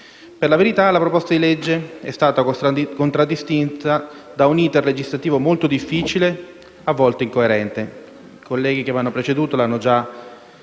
Per la verità, la proposta di legge è stata contraddistinta da un *iter* legislativo molto difficile, a volte incoerente, ed i colleghi che mi hanno preceduto l'hanno già